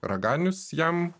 raganius jam